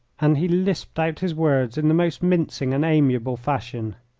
and he lisped out his words in the most mincing and amiable fashion.